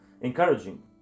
encouraging